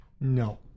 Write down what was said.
No